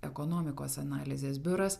ekonomikos analizės biuras